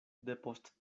depost